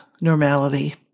normality